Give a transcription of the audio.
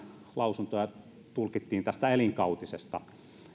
lausuntoja tästä elinkautisesta tulkittiin niin